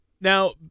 Now